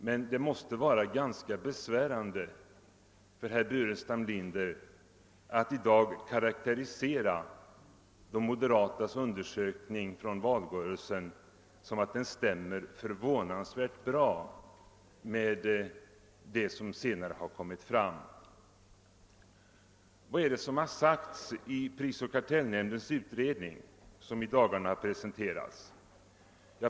Men det måste vara ganska besvärande för herr Burenstam Linder att i dag karakterisera de moderatas undersökning från valrörelsen som att den stämmer förvånansvärt bra med det som senare har kommit fram. Vad är det som har sagts i prisoch kartellnämndens utredning som i dagarna har presenterats?